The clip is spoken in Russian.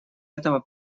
этого